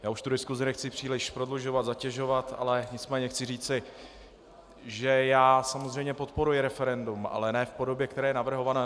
Já už tu diskusi nechci příliš prodlužovat, zatěžovat, ale nicméně chci říci, že já podporuji referendum, ale ne v podobě, která je navrhovaná.